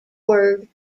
word